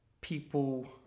people